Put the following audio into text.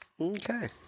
Okay